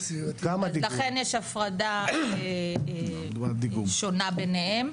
אז לכן יש הפרדה שונה ביניהם.